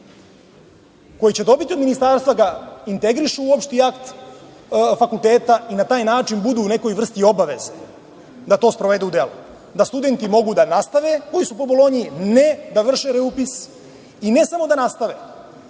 koje će dobiti od Ministarstva, da ga integrišu u opšti akt fakulteta i na taj način budu u nekoj vrsti obaveze da to sprovedu u delo. Da studenti koji su po Bolonji mogu da nastave, ne da vrše reupis i ne samo da nastave